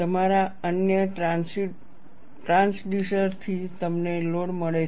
તમારા અન્ય ટ્રાન્સડ્યુસર થી તમને લોડ મળે છે